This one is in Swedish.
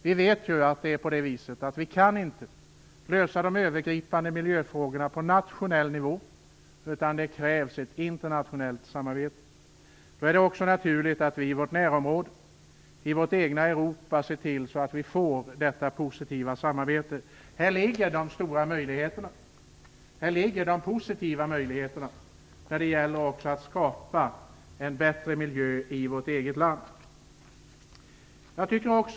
Vi vet att vi inte kan lösa de övergripande miljöproblemen på nationell nivå, utan det krävs ett internationellt samarbete. Då är det också naturligt att vi i vårt närområde, i vårt eget Europa, ser till att vi får detta positiva samarbete. Här ligger de stora möjligheterna, här ligger de goda möjligheterna att skapa en bättre miljö också i vårt eget land.